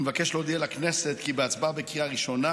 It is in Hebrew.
אני מבקש להודיע לכנסת כי בהצבעה בקריאה הראשונה,